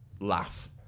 laugh